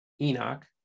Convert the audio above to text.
Enoch